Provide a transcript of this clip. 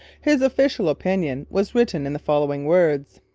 his official opinion was written in the following words